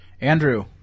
Andrew